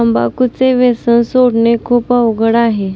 तंबाखूचे व्यसन सोडणे खूप अवघड आहे